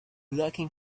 lurking